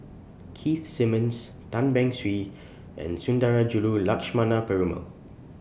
Keith Simmons Tan Beng Swee and Sundarajulu Lakshmana Perumal